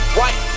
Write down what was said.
White